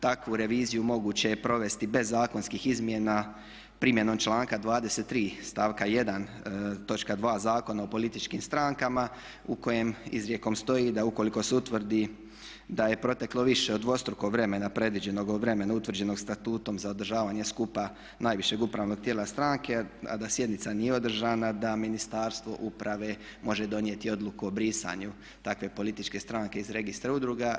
Takvu reviziju moguće je provesti bez zakonskih izmjena primjenom članka 23. stavka 1. točka 2. Zakona o političkim strankama u kojem izrijekom stoji da ukoliko se utvrdi da je proteklo više od dvostruko vremena predviđenog od vremena utvrđenog statutom za održavanje skupa najvišeg upravnog tijela stranke, a da sjednica nije održana da Ministarstvo uprave može donijeti Odluku o brisanju takve političke stranke iz registra udruga.